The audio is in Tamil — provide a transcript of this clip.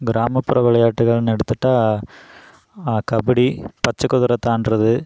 கிராமப்புற விளையாட்டுகள்னு எடுத்துகிட்டா கபடி பச்சை குதிர தாண்டுறது